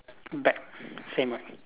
back same right